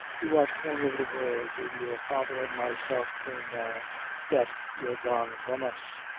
to what corner of the world will your father an' myself turn now that you're gone from us?